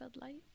Light